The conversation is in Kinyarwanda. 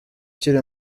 ukiri